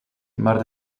maar